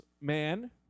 man